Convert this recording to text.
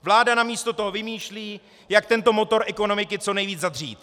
Vláda namísto toho vymýšlí, jak tento motor ekonomiky co nejvíc zadřít.